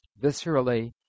viscerally